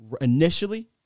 initially